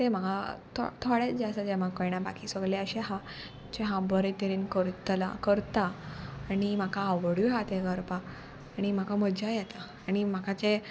तें म्हाका थोडें जें आसा जें म्हाका कळना बाकी सगळें अशें आहा जें हांव बरे तरेन करतलों करता आनी म्हाका आवडूय आहा तें करपाक आनी म्हाका मज्जा येता आनी म्हाका जें